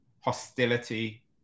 hostility